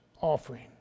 offering